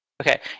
Okay